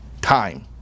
time